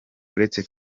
uretse